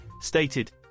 stated